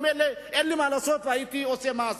ממילא אין לי מה לעשות, והייתי עושה מעשה.